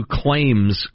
claims